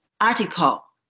article